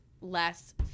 Less